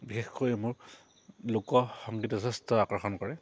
বিশেষকৈ মোৰ লোক সংগীত যথেষ্ট আকৰ্ষণ কৰে